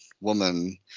woman